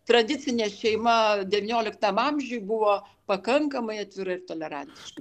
tradicinė šeima devynioliktam amžiuj buvo pakankamai atvira ir tolerantiška